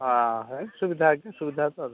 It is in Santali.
ᱟᱨ ᱦᱮᱸ ᱥᱩᱵᱤᱫᱟ ᱜᱮᱭᱟ ᱥᱩᱵᱤᱫᱟ ᱫᱚ